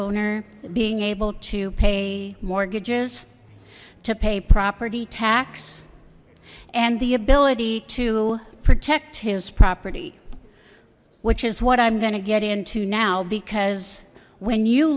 owner being able to pay mortgages to pay property tax and the ability to protect his property which is what i'm going to get into now because when you